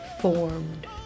formed